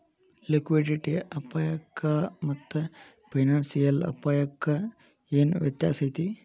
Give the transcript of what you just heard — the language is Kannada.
ಲಿಕ್ವಿಡಿಟಿ ಅಪಾಯಕ್ಕಾಮಾತ್ತ ಫೈನಾನ್ಸಿಯಲ್ ಅಪ್ಪಾಯಕ್ಕ ಏನ್ ವ್ಯತ್ಯಾಸೈತಿ?